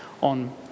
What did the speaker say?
on